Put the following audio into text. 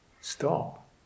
stop